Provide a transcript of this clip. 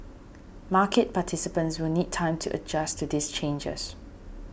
market participants will need time to adjust to these changes